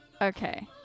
Okay